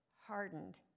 hardened